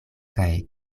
kaj